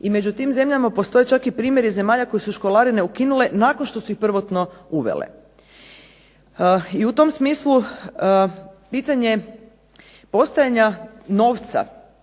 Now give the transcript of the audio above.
i među tim zemljama postoje čak i primjeri zemalja koje su školarine ukinule nakon što su ih prvotno uvele. I u tom smislu pitanje postojanja novca